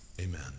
amen